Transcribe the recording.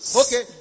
Okay